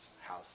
house